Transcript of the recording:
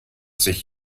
sich